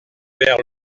vers